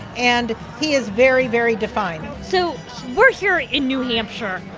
and he is very, very defined so we're here in new hampshire.